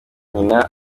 nyina